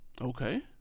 Okay